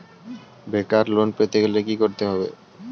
বেকার লোন পেতে গেলে কি করতে হবে?